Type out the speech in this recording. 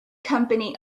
company